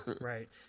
right